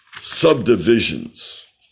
subdivisions